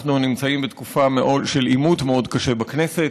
אנחנו נמצאים בתקופה של עימות מאוד קשה בכנסת,